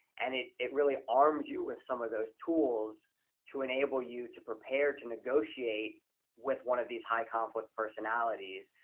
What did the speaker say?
and it it really arms you with some of those tools to enable you to prepare to negotiate with one of these high conflict personalities.